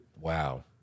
Wow